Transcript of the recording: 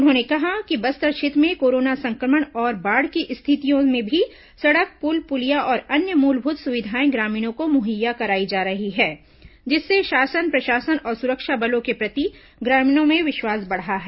उन्होंने कहा कि बस्तर क्षेत्र में कोरोना संक्रमण और बाढ़ की स्थितियों में भी सड़क पुल पुलिया और अन्य मूलभूत सुविधाएं ग्रामीणों को मुहैया कराई जा रही है जिससे शासन प्रशासन और सुरक्षा बलों के प्रति ग्रामीणों में विश्वास बढ़ा है